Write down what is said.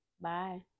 bye